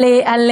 באמת,